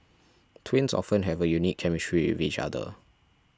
twins often have a unique chemistry with each other